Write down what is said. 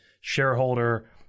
shareholder